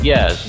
Yes